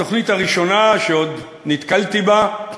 התוכנית הראשונה שנתקלתי בה,